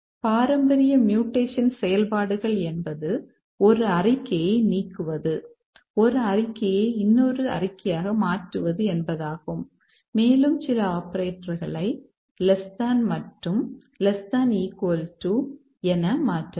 பாரம்பரிய மியூடேஷன் செயல்பாடுகள் என்பது ஒரு அறிக்கையை நீக்குவது 1 அறிக்கையை இன்னொரு அறிக்கையாக மாற்றுவது என்பதாகும் மற்றும் சில ஆபரேட்டர்களை மற்றும் என மாற்றலாம்